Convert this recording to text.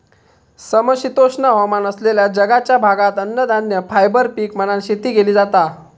समशीतोष्ण हवामान असलेल्या जगाच्या भागात अन्नधान्य, फायबर पीक म्हणान शेती केली जाता